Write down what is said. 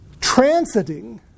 transiting